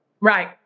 Right